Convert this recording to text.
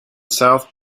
south